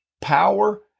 power